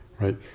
right